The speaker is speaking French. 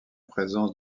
présence